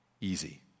easy